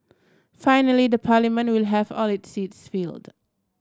finally the parliament will have all its seats filled